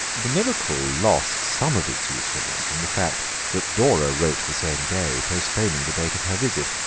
the miracle lost some of its usefulness from the fact that dora wrote the same day postponing the date of her visit,